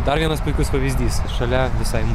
dar vienas puikus pavyzdys šalia visai